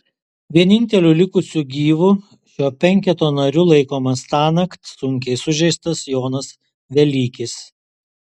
vieninteliu likusiu gyvu šio penketo nariu laikomas tąnakt sunkiai sužeistas jonas velykis